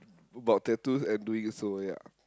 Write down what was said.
about tattoos and doing so ya